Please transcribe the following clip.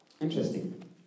Interesting